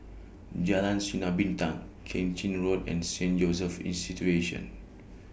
Jalan Sinar Bintang Keng Chin Road and Saint Joseph's